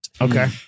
Okay